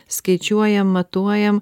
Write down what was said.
skaičiuojam matuojam